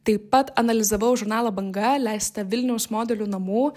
taip pat analizavau žurnalą banga leistą vilniaus modelių namų